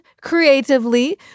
creatively